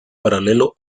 paralelo